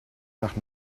nach